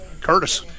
Curtis